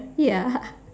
ya